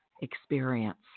experience